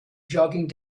jogging